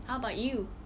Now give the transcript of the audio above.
how about you